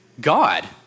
God